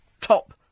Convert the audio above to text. top